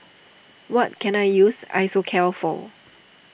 what can I use Isocal for